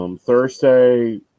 Thursday